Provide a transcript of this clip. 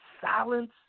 silence